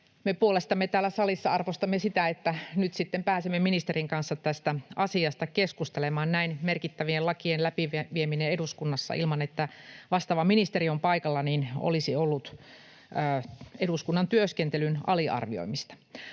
Me puolestamme täällä salissa arvostamme sitä, että nyt sitten pääsemme ministerin kanssa tästä asiasta keskustelemaan. Näin merkittävien lakien läpivieminen eduskunnassa ilman, että vastaava ministeri on paikalla, olisi ollut eduskunnan työskentelyn aliarvioimista.